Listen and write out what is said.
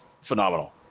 phenomenal